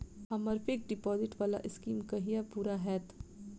हम्मर fixed deposit वला scheme कहिया पूरा हैत?